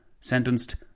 sentenced